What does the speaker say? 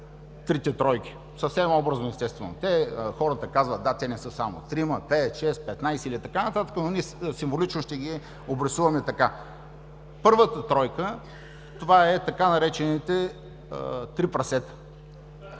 „трите тройки“ – съвсем образно, естествено. Хората казват: да, те не са само трима, пет, шест, петнадесет или така нататък, но ние символично ще ги обрисуваме така. Първата тройка е така наречените „три прасета“.